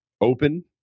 open